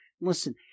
Listen